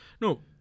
No